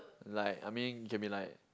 like I mean can be like